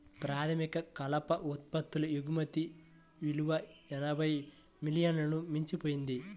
ప్రాథమిక కలప ఉత్పత్తుల ఎగుమతి విలువ ఎనభై మిలియన్లను మించిపోయింది